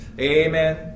Amen